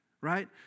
Right